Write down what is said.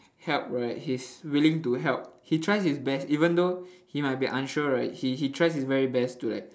help right he's willing to help he tries his best even though he might be unsure right he he tries his very best to like